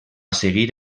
seguir